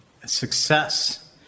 success